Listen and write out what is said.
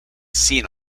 seen